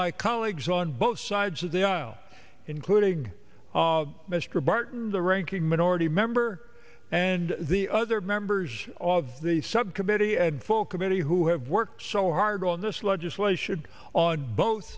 my colleagues on both sides of the aisle including mr barton the ranking minority member and the other members of the subcommittee and full committee who have worked so hard on this legislation on both